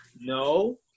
no